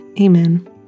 Amen